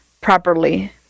properly